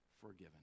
forgiven